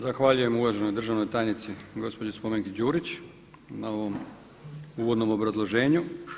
Zahvaljujem uvaženoj državnoj tajnici gospođi Spomenki Đurić na ovom uvodnom obrazloženju.